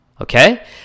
okay